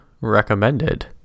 recommended